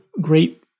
great